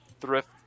thrift